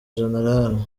gen